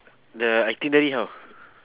the itinerary how